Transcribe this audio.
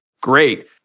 great